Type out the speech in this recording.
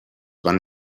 van